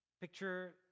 Picture